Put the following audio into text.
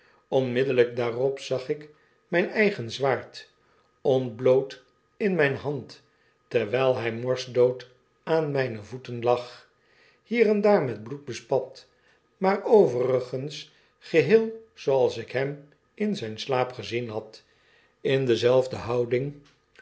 onmiddellyk daarop zag ik rap eigen zwaard ontbloot in myne hand terwyl hy morsdood aan myne voeten lag hier en daar met bloed bespat maar overigens geheel zooals ik hem irf zya slaap gezien had in dezelfde houding